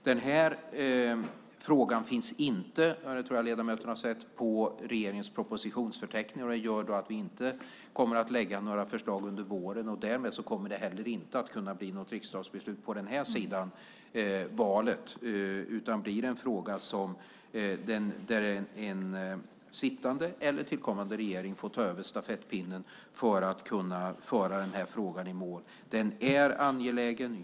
Den här frågan finns inte - och det tror jag att ledamöterna har sett - i regeringens propositionsförteckning. Det innebär att vi inte kommer att lägga fram några förslag under våren. Därmed kommer det inte heller att kunna bli något riksdagsbeslut på den här sidan valet, utan det blir en fråga för den kommande regeringen som får ta över stafettpinnen och föra den här frågan i mål. Den är angelägen.